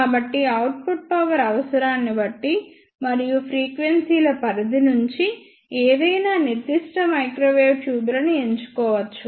కాబట్టి output power అవసరాన్ని బట్టి మరియు ఫ్రీక్వెన్సీ ల పరిధి నుంచి ఏదైనా నిర్దిష్ట మైక్రోవేవ్ ట్యూబ్ లను ఎంచుకోవచ్చు